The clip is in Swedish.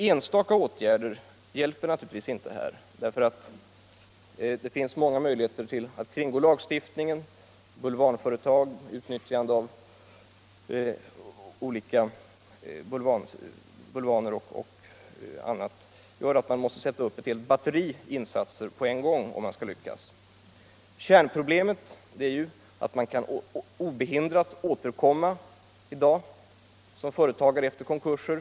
Enstaka åtgärder hjälper naturligtvis inte, eftersom det finns många möjligheter att kringgå lagstiftningen, t.ex. utnyttjande av bulvaner. Det fordras ett helt batteri insatser på en gång för att lyckas. Kärnproblemet är ju att en person obehindrat kan återkomma som företagare efter konkurser.